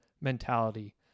mentality